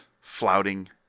flouting